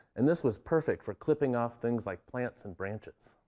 and this was perfect for clipping off things like plants and branches.